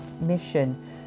mission